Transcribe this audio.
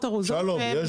ארוזות.